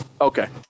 okay